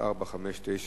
שאילתא 1459,